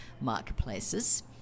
marketplaces